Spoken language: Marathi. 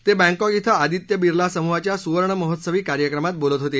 ते बॅकॉक इथं अदित्य बिर्ला समूहाच्या सुवर्ण महोत्सवी कार्यक्रमात बोलत होते